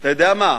אתה יודע מה,